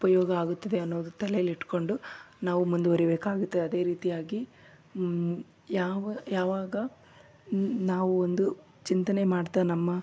ಉಪಯೋಗ ಆಗುತ್ತದೆ ಅನ್ನೋದು ತಲೇಲಿ ಇಟ್ಟುಕೊಂಡು ನಾವು ಮುಂದುವರಿಯಬೇಕಾಗುತ್ತೆ ಅದೇ ರೀತಿಯಾಗಿ ಯಾವ ಯಾವಾಗ ನಾವು ಒಂದು ಚಿಂತನೆ ಮಾಡ್ತ ನಮ್ಮ